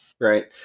Right